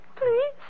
Please